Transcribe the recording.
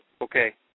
Okay